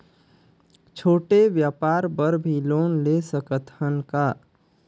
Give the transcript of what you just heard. छोटे व्यापार बर भी लोन ले सकत हन का?